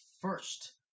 first